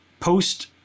Post